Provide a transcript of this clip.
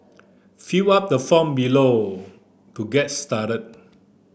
fill up the form below to get started